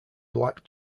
black